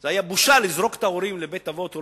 זו היתה בושה לזרוק את ההורים לבית-אבות או